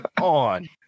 on